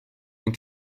den